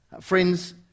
Friends